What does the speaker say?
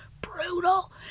Brutal